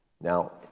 Now